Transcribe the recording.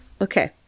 Okay